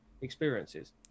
experiences